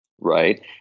right